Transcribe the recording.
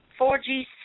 4G